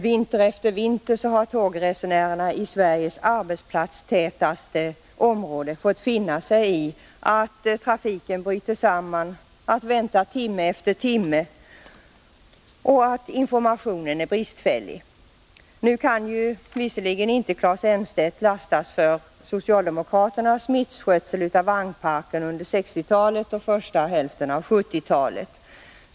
Vinter efter vinter har tågresenärerna i Sveriges arbetsplatstätaste område fått finna sig i att trafiken bryter samman, i att vänta timme efter timme och i att informationen är bristfällig. Nu kan visserligen inte Claes Elmstedt lastas för socialdemokraternas misskötsel av vagnparken under 1960-talet och första hälften av 1970-talet.